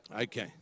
Okay